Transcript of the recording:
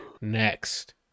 Next